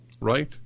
right